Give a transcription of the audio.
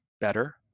better